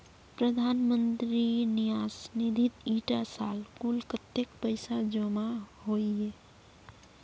प्रधानमंत्री न्यास निधित इटा साल कुल कत्तेक पैसा जमा होइए?